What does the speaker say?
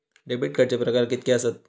Debit कार्डचे प्रकार कीतके आसत?